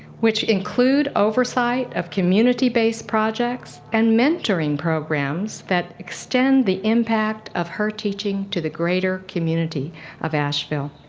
which include oversight of community-based projects and mentoring programs that extend the impact of her teaching to the greater community of asheville.